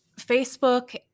Facebook